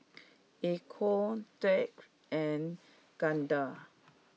Echo Dirk and Gardner